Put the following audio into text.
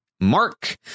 Mark